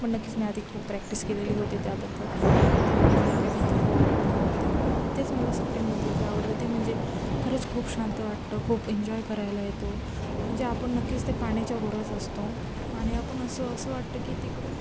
पण नक्कीच मी आधी खूप प्रॅक्टिस केलेली होती त्याबद्दल त्यामुळे मला काही भीती तर वाटत नाही होती तेच मला सफ्रिंगबद्दल जे आवडतं ते म्हणजे खरंच खूप शांत वाटतं खूप एन्जॉय करायला येतो म्हणजे आपण नक्कीच त्या पाण्याच्या वरच असतो आणि आपण असं असं वाटतं की तिकडून